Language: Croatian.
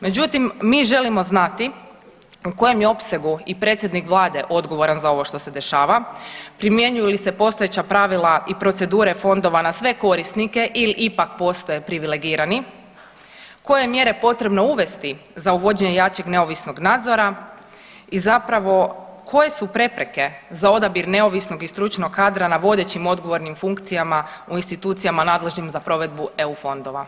Međutim, mi želimo znati u kojem je opsegu i predsjednik vlade odgovaran za ovo što se dešava, primjenjuju li se postojeća pravila i procedure fondova na sve korisnike ili ipak postoje privilegirani, koje je mjere potrebno uvesti za uvođenje jačeg neovisnog nadzora i zapravo koje su prepreke za odabir neovisnog i stručnog kadra na vodećim odgovornim funkcijama u institucijama nadležnim za provedbu EU fondova?